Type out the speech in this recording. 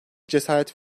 cesaret